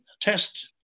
test